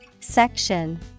Section